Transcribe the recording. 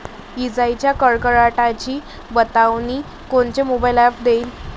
इजाइच्या कडकडाटाची बतावनी कोनचे मोबाईल ॲप देईन?